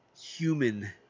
human